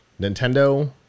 Nintendo